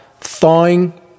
thawing